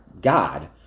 God